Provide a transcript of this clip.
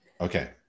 Okay